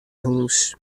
hús